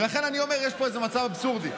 ולכן אני אומר שיש פה איזה מצב אבסורדי.